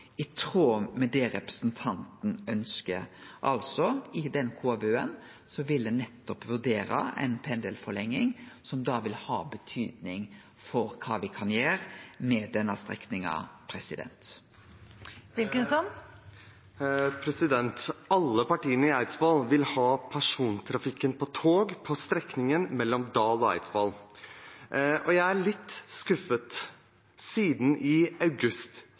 i tråd med det representanten ønskjer. Altså: I den KVU-en vil ein nettopp vurdere ei pendelforlenging, som vil ha betydning for kva vi kan gjere med denne strekninga. Alle partiene på Eidsvoll vil ha persontrafikken på tog på strekningen mellom Dal og Eidsvoll. Jeg er litt skuffet, siden lederen i transport- og kommunikasjonskomiteen, Helge Orten fra Høyre, i august